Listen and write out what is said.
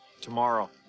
Tomorrow